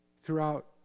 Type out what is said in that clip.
throughout